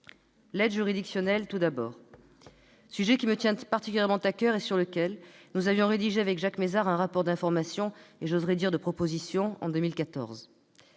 L'aide juridictionnelle, tout d'abord : sur ce sujet qui me tient particulièrement à coeur, nous avions rédigé, avec Jacques Mézard, un rapport d'information, et, oserai-je dire, de propositions, en 2014.